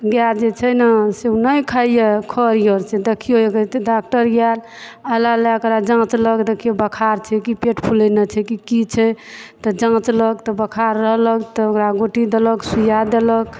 गाय जे छै ने से ओ नहि खाइ यऽ खरी अर तऽ देखियौ एक रती डॉक्टर आयल आला लगाके जाँचलक देखिए बुख़ार छै की पेट फूलेनाइ छै की की छै त जाँचलक तऽ बुख़ार रहलक तऽ ओकरा गोटी देलक सुइयाँ देलक